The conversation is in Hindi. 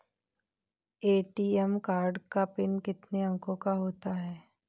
ए.टी.एम कार्ड का पिन कितने अंकों का होता है?